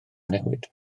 newid